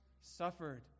suffered